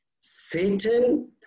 Satan